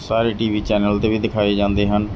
ਸਾਰੇ T V channel 'ਤੇ ਵੀ ਦਿਖਾਏ ਜਾਂਦੇ ਹਨ